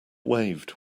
waved